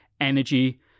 energy